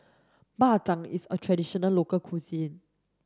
Bak Chang is a traditional local cuisine